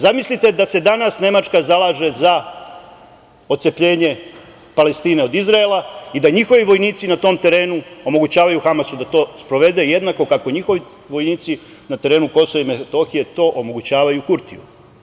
Zamislite da se danas Nemačka zalaže za otcepljenje Palestine od Izraela i da njihovi vojnici na tom terenu omogućavaju Hamasu da to sprovede, jednako kako njihovi vojnici na terenu KiM to omogućavaju Kurtiju.